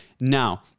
now